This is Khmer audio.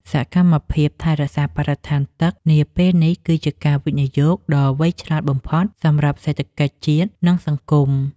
សកម្មភាពថែរក្សាបរិស្ថានទឹកនាពេលនេះគឺជាការវិនិយោគដ៏វៃឆ្លាតបំផុតសម្រាប់សេដ្ឋកិច្ចជាតិ និង សង្គម។